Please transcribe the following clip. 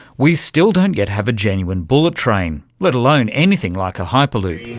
we still don't yet have a genuine bullet train, let alone anything like a hyperloop.